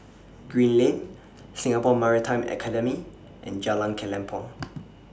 Green Lane Singapore Maritime Academy and Jalan Kelempong